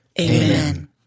Amen